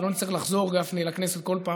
ולא נצטרך לחזור לכנסת כל פעם,